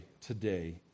today